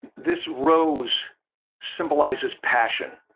this rose symbolizes passion,